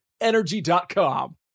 energy.com